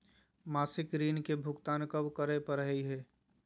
मासिक ऋण के भुगतान कब करै परही हे?